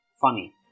funny